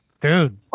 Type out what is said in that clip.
Dude